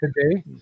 today